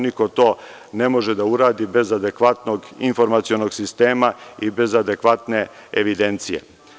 Niko to ne može da uradi bez adekvatnog informacionog sistema i bez adekvatne evidencije.